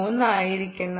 3 ആയിരിക്കണം